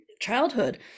childhood